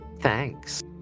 Thanks